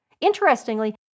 Interestingly